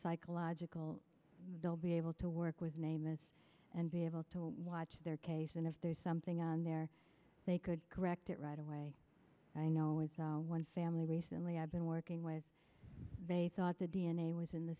psychological they'll be able to work with nemeth and be able to watch their case and if there's something on there they could correct it right away i know it's one family recently i've been working with they thought the d n a was in the